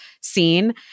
scene